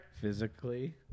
Physically